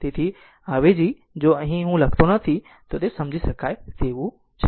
તેથી અવેજી જો હું અહીં લખતો નથી તો તે સમજી શકાય તેવું છે